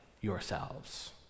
yourselves